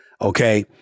okay